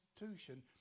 institution